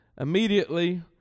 Immediately